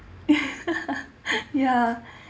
ya